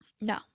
No